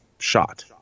shot